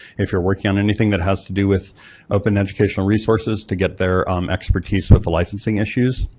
if you're working on anything that has to do with open educational resources to get their um expertise with the licensing issues.